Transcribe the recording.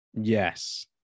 Yes